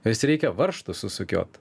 juos reikia varžtus susukiot